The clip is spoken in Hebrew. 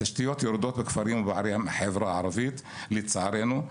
ירודות בכפרים ובערי החברה הערבית לצערנו,